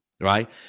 right